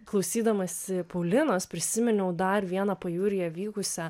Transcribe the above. klausydamasi paulinos prisiminiau dar vieną pajūryje vykusią